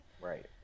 Right